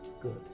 Good